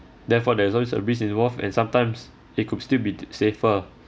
therefore there is always a risk involved and sometimes it could still be d~ safer